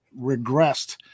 regressed